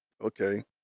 Okay